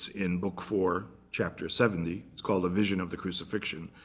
in book four, chapter seventy, it's called a vision of the crucifixion.